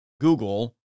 Google